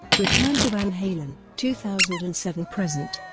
return to van halen two thousand and seven present